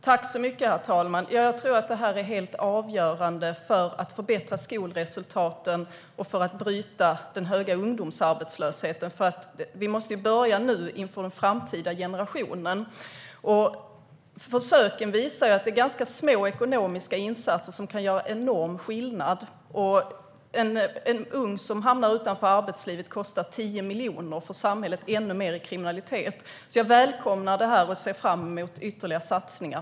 Herr talman! Jag tror att detta är helt avgörande för att förbättra skolresultaten och för att bryta den höga ungdomsarbetslösheten. Vi måste börja nu inför den framtida generationen. Försöken visar att det är ganska små ekonomiska insatser som kan göra enorm skillnad. En ung människa som hamnar utanför arbetslivet kostar 10 miljoner för samhället och ännu mer om den hamnar i kriminalitet. Jag välkomnar därför detta och ser fram mot ytterligare satsningar.